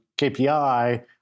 kpi